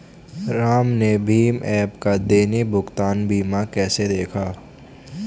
राम ने भीम ऐप का दैनिक भुगतान सीमा कैसे देखा?